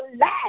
last